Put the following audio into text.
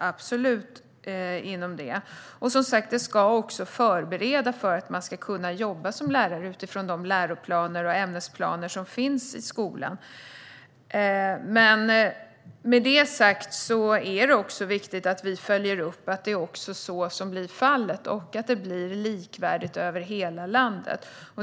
Utbildningen ska som sagt också förbereda en för att kunna jobba som lärare utifrån de läroplaner och ämnesplaner som finns i skolan. Med det sagt är det dock viktigt att vi följer upp att det också blir så och att det blir likvärdigt över hela landet.